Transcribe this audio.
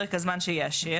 לפרק הזמן שיאשר,